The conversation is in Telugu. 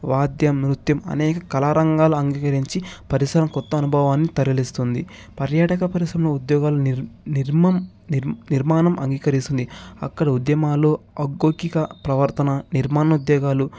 వాద్యం నృత్యం అనేక కళా రంగాలు అంగీకరించి పరిశ్రమ కొత్త అనుభవాన్ని తరలిస్తుంది పర్యాటక పరిశ్రమ ఉద్యోగాలు ని నిర్మం ని నిర్మాణం అంగీకరిస్తుంది అక్కడ ఉద్యమాలు అకోకిక ప్రవర్తన నిర్మాణ ఉద్యోగాలు